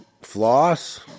floss